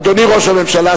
אדוני ראש הממשלה,